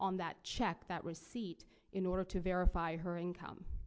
on that check that receipt in order to verify her income